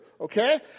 Okay